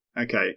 Okay